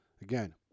again